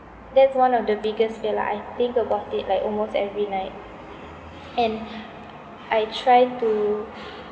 that's one of the biggest fear like I think about it like almost every night and I try to